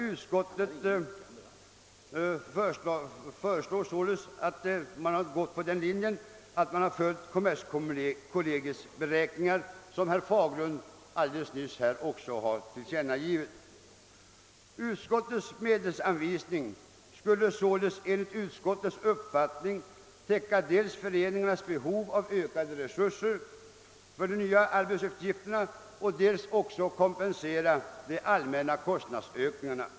Utskottet har följt kommerskollegiums beräkningar, som herr Fager lund också nyligen framhållit. Utskottets medelsanvisning skulle således enligt utskottets uppfattning dels täcka föreningarnas behov av ökade resurser för de nya arbetsuppgifterna och dels kompensera de allmänna kostnadsökningarna.